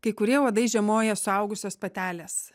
kai kurie uodai žiemoja suaugusios patelės